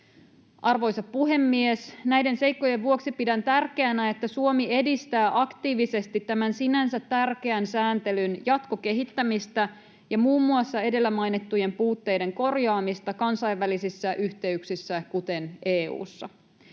Arvoisa puhemies! Näiden seikkojen vuoksi pidän tärkeänä, että Suomi edistää aktiivisesti tämän sinänsä tärkeän sääntelyn jatkokehittämistä ja muun muassa edellä mainittujen puutteiden korjaamista kansainvälisissä yhteyksissä, kuten EU:ssa.